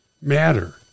matter